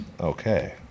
Okay